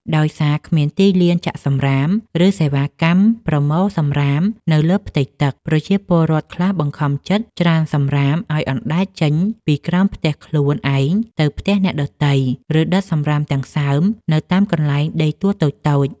ដោយសារគ្មានទីលានចាក់សម្រាម ឬសេវាកម្មប្រមូលសម្រាមនៅលើផ្ទៃទឹក ប្រជាពលរដ្ឋខ្លះបង្ខំចិត្តច្រានសម្រាមឱ្យអណ្ដែតចេញពីក្រោមផ្ទះខ្លួនឯងទៅផ្ទះអ្នកដទៃ ឬដុតសម្រាមទាំងសើមនៅតាមកន្លែងដីទួលតូចៗ។